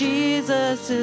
Jesus